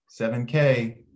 7K